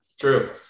True